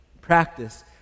practice